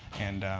and